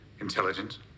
Intelligence